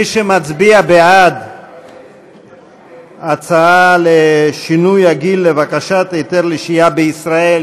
מי שמצביע בעד ההצעה לשינוי הגיל בבקשת היתר לשהייה בישראל,